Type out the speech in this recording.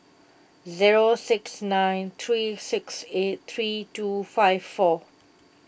zero six nine three six eight three two five four